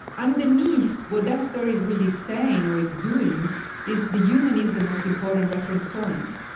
underneath, what that story is really saying or is doing is the human is the most important reference point.